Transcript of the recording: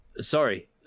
Sorry